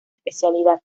especialidad